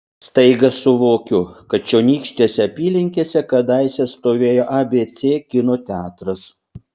staiga suvokiu kad čionykštėse apylinkėse kadaise stovėjo abc kino teatras